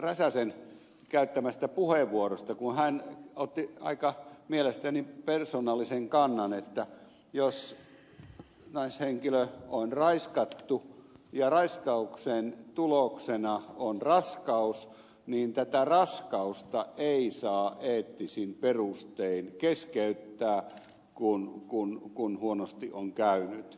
räsäsen käyttämästä puheenvuorosta kun hän otti mielestäni aika persoonallisen kannan että jos naishenkilö on raiskattu ja raiskauksen tuloksena on raskaus niin tätä raskautta ei saa eettisin perustein keskeyttää kun huonosti on käynyt